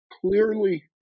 clearly